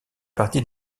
partie